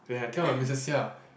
then I tell my missus Seah